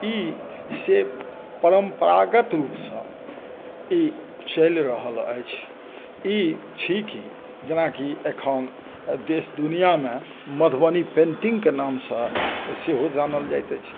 ई से परम्परागत रूपसँ ई चलि रहल अछि ई छी की जेना कि एखन देश दुनिआमे मधुबनी पेन्टिंगके नामसँ सेहो जानल जाइत अछि